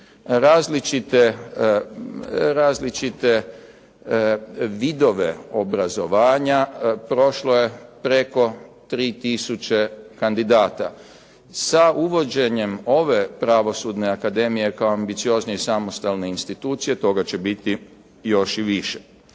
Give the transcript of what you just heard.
različite vidove obrazovanja prošlo je preko 3000 kandidata. Sa uvođenjem ove Pravosudne akademije kao ambiciozne i samostalne institucije toga će biti još i više.